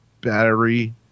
Battery